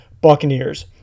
Buccaneers